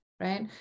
right